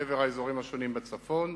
לעבר האזורים השונים בצפון.